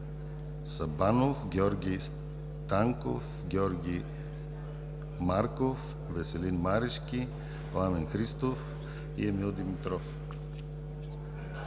Сабанов, Георги Станков, Георги Марков, Веселин Марешки, Пламен Христов и Емил Димитров.